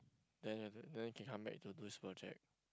then you can then you can come back to do this project